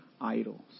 idols